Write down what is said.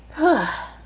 huh?